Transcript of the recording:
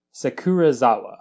Sakurazawa